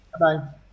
-bye